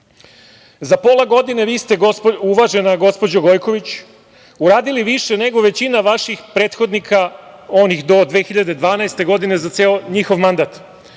pola godine vi ste uvažena gospođo Gojković uradili više nego većina vaših prethodnika, onih do 2012. godine, za ceo njihov mandat.